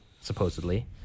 supposedly